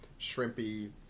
shrimpy